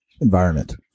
environment